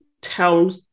tell